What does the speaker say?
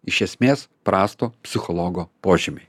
iš esmės prasto psichologo požymiai